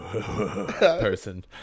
person